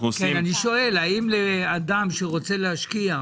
האם לאדם שרוצה להשקיע,